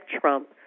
Trump